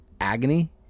agony